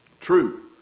True